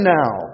now